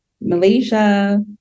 malaysia